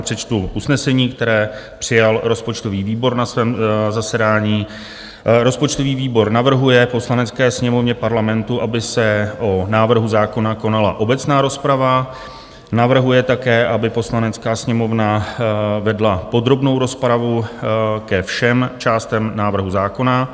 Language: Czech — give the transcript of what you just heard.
Přečtu vám usnesení, které přijal rozpočtový výbor na svém zasedání: Rozpočtový výbor navrhuje Poslanecké sněmovně Parlamentu, aby se o návrhu zákona konala obecná rozprava; navrhuje také, aby Poslanecká sněmovna vedla podrobnou rozpravu ke všem částem návrhu zákona;